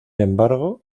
embargo